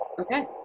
Okay